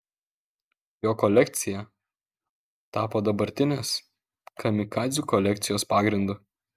jo kolekcija tapo dabartinės kamikadzių kolekcijos pagrindu